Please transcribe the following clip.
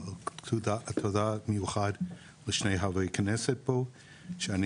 ותודה מיוחדת לשני חברי כנסת פה שאני